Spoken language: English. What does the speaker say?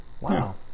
wow